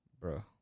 Bro